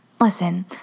Listen